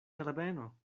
herbeno